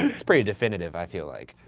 um it's pretty definitive i feel like.